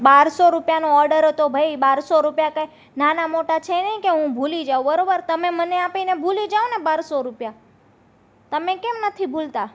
બારસો રૂપિયાનો ઓડર હતો ભાઈ બારસો રૂપિયા કાંઈ નાના મોટા છે નહીં કે હું ભૂલી જાઉં બરોબર તમે મને આપીને ભૂલી જાઓને બારસો રૂપિયા તમે કેમ નથી ભૂલતા